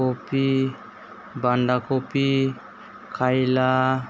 कपि बान्दा कपि खायला